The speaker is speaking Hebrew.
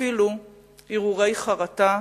אפילו הרהורי חרטה.